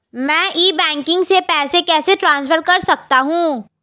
मैं e banking से पैसे कैसे ट्रांसफर कर सकता हूं?